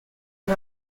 and